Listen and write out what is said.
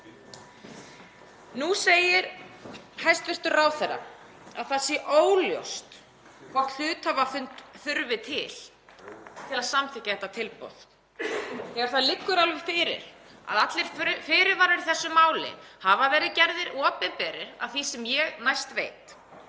Nú segir hæstv. ráðherra að það sé óljóst hvort hluthafafund þurfi til til að samþykkja þetta tilboð þegar það liggur alveg fyrir að allir fyrirvarar í þessu máli hafa verið gerðir opinberir eftir því sem ég best veit.